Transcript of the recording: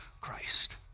Christ